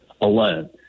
alone